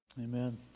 Amen